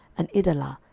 and idalah,